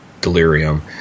delirium